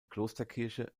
klosterkirche